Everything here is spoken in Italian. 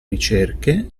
ricerche